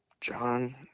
John